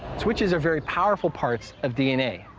switches are very powerful parts of d n a,